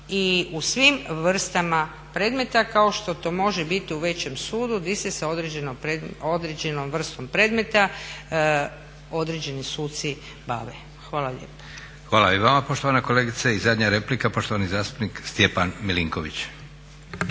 i u svim vrstama predmeta kao što to može biti u većem sudu gdje se sa određenom vrstom predmeta određeni suci bave. Hvala lijepa. **Leko, Josip (SDP)** Hvala i vama poštovana kolegice. I zadnja replika, poštovani zastupnik Stjepan Milinković.